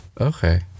Okay